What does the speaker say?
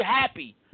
happy